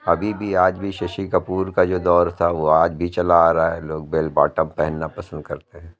ابھی بھی آج بھی ششی کپور کا جو دور تھا وہ آج بھی چلا آ رہا ہے لوگ بیل باٹم پہننا پسند کرتے ہیں